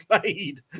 played